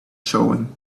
showing